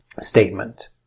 statement